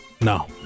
No